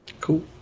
Cool